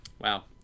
Wow